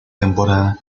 temporada